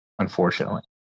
unfortunately